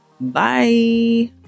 Bye